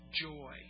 joy